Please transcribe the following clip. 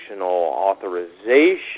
authorization